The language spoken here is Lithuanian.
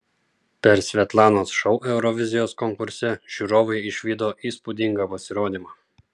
per svetlanos šou eurovizijos konkurse žiūrovai išvydo įspūdingą pasirodymą